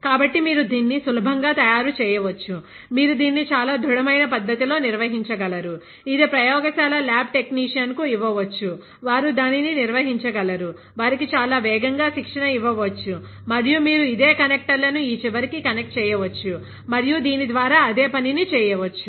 కాబట్టి మీరు దీన్ని సులభంగా తయారు చేయవచ్చు మీరు దీన్ని చాలా దృఢమైన పద్ధతి లో నిర్వహించగలరు ఇది ప్రయోగశాల ల్యాబ్ టెక్నీషియన్ కు ఇవ్వవచ్చు వారు దానిని నిర్వహించగలరు వారికి చాలా వేగంగా శిక్షణ ఇవ్వవచ్చుమరియు మీరు ఇదే కనెక్టర్లను ఈ చివరి కి కనెక్ట్ చేయవచ్చు మరియు దీని ద్వారా అదే పని ని చేయవచ్చు